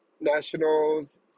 Nationals